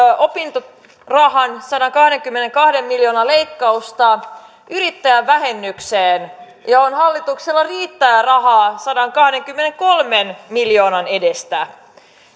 opintorahan sadankahdenkymmenenkahden miljoonan leikkausta yrittäjävähennykseen johon hallituksella riittää rahaa sadankahdenkymmenenkolmen miljoonan edestä